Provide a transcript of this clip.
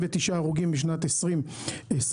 הרוגים בשנת 2022